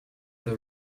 the